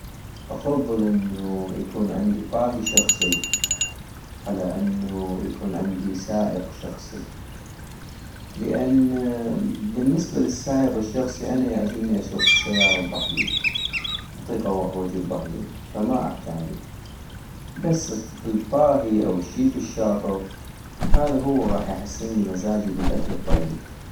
افضل انو يكون عندي طاهي شخصي على انو يكون عندي سائق شخصي - لان بالنسبة للسايق الشخصي أنا يعجبني اسوق السيارة ابحدي اطيق اغوح واجي ابحدي ، فما احتاجو - بس الطاهي أو الشيف الشاطغ هذا هو غاح يحسنلي مزاجي بالاكل الطيب